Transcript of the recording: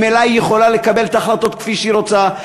ממילא היא יכולה לקבל את ההחלטות כפי שהיא רוצה,